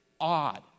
odd